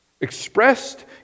expressed